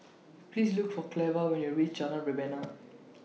Please Look For Cleva when YOU REACH Jalan Rebana